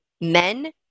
men